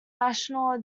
national